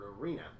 arena